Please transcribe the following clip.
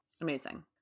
Amazing